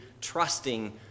trusting